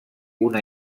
una